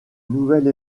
nouvelle